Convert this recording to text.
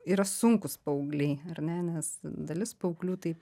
yra sunkūs paaugliai ar ne nes dalis paauglių taip